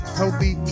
healthy